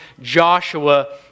Joshua